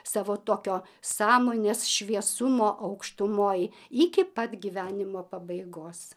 savo tokio sąmonės šviesumo aukštumoj iki pat gyvenimo pabaigos